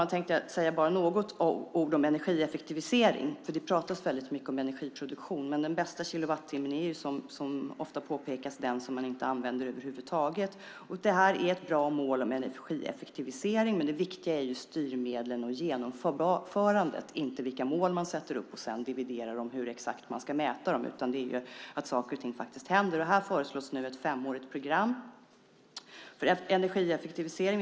Jag tänkte säga några ord om energieffektivisering. Det pratas mycket om energiproduktion. Den bästa kilowattimmen är, som ofta påpekas, den som man inte använder över huvud taget. Det här är ett bra mål om energieffektivisering, men det viktiga är styrmedlen och genomförandet, inte vilka mål man sätter upp och sedan dividerar om hur exakt man ska mäta dem. Det handlar om att saker och ting faktiskt händer. Här föreslås nu ett femårigt program för energieffektivisering.